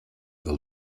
del